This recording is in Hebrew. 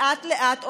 לאט-לאט,